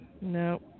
no